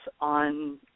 on